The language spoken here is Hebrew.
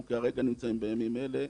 אנחנו כרגע נמצאים בימים אלה,